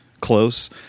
close